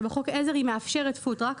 שבו היא מאפשרת פוד-טראק,